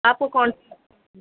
آپ کو کون